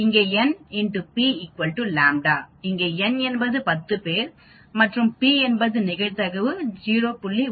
இங்கே n p ƛ இங்கே n என்பது10 பேர் மற்றும் p நிகழ்தகவு 0